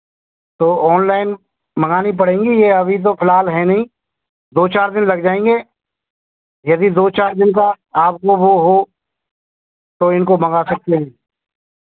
तो ऑनलाइन मँगानी पड़ेंगी यह अभी तो फ़िलहाल हैं नहीं दो चार दिन लग जाएँगे यदि दो चार दिन का आपको वह हो तो इनको मँगा सकते हैं